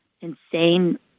insane